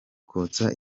kotsa